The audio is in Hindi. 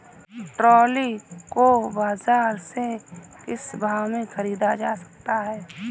ट्रॉली को बाजार से किस भाव में ख़रीदा जा सकता है?